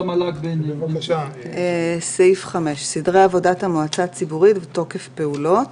נעבור לסעיף 5: סדרי עבודת המועצה הציבורית ותוקף הפעולות.